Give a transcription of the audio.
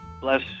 bless